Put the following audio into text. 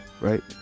right